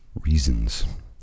reasons